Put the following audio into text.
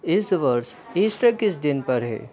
इस वर्ष ईस्टर किस दिन पर है